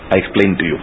I explain to you